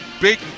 big